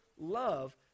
love